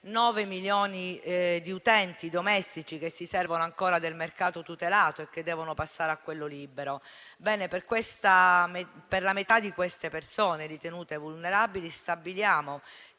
milioni di utenti domestici che si servono ancora del mercato tutelato e che devono passare a quello libero. Per la metà di quelle persone ritenute vulnerabili stabiliamo